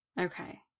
Okay